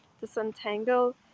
disentangle